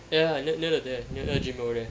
ya near near the there near the jun rou there